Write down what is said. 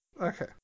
Okay